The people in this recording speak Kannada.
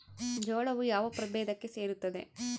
ಜೋಳವು ಯಾವ ಪ್ರಭೇದಕ್ಕೆ ಸೇರುತ್ತದೆ?